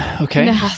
Okay